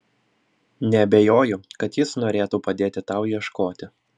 neabejoju kad jis norėtų padėti tau ieškoti